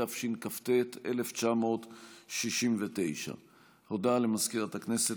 התשכ"ט 1969. הודעה למזכירת הכנסת,